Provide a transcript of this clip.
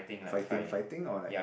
fighting fighting or like